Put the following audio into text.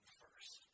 first